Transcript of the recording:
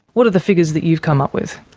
what are the figures that you've come up with?